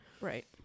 Right